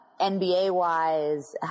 NBA-wise